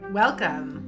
welcome